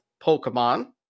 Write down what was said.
Pokemon